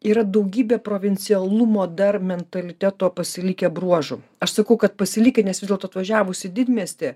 yra daugybė provincialumo dar mentaliteto pasilikę bruožų aš sakau kad pasilikę nes vis dėlto atvažiavus į didmiestį